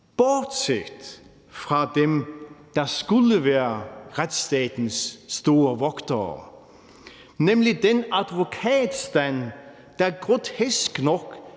bortset fra dem, der skulle være retsstatens store vogtere, nemlig den advokatstand, der grotesk nok